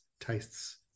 tastes